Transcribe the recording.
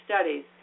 studies